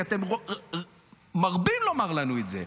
כי אתם מרבים לומר לנו את זה,